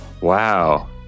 Wow